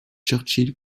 churchill